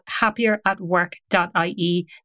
happieratwork.ie